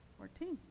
fourteen?